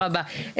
תודה רבה.